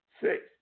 six